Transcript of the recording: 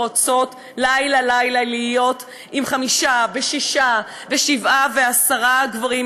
שרוצות לילה-לילה להיות עם חמישה ושישה ושבעה ועשרה גברים,